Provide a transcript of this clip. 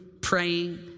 praying